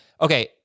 okay